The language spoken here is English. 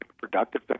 productive